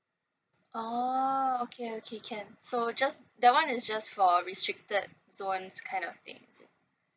oo okay okay can so just that one is just for restricted zones kind of thing is it